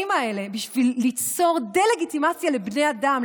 האלה בשביל ליצור דה-לגיטימציה לבני אדם,